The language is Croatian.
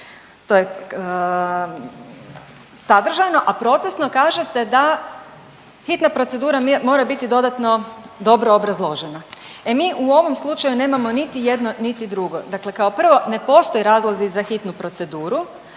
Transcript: To je sadržajno, a procesno, kaže se da hitna procedura mora biti dodatno dobro obrazložena. E mi u ovom slučaju nemamo niti jedno niti drugo. Dakle kao prvo, ne postoje razlozi za hitnu proceduru,